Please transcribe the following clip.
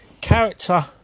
Character